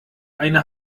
eine